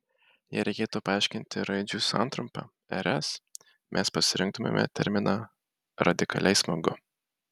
jei reikėtų paaiškinti raidžių santrumpą rs mes pasirinktumėme terminą radikaliai smagu